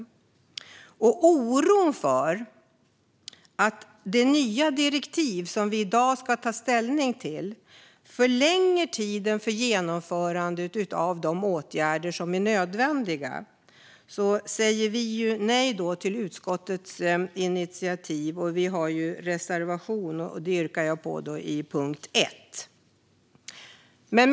På grund av oron för att det nya direktiv som vi i dag ska ta ställning till förlänger tiden för genomförandet av de åtgärder som är nödvändiga säger vi nej till utskottets initiativ, och jag yrkar bifall till reservationen i betänkandet, under punkt 1. Fru talman!